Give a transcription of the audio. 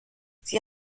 sie